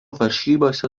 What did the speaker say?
varžybose